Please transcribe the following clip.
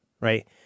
Right